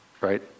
right